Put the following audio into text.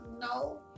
no